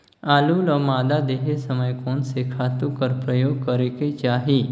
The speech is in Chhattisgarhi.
आलू ल मादा देहे समय म कोन से खातु कर प्रयोग करेके चाही?